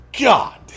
God